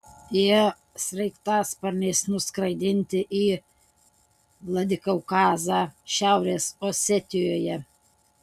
jie sraigtasparniais nuskraidinti į vladikaukazą šiaurės osetijoje